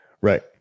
Right